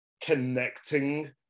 connecting